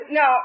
no